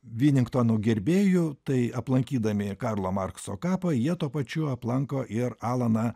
viningtono gerbėjų tai aplankydami karlo markso kapą jie tuo pačiu aplanko ir alaną